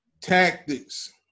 tactics